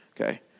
Okay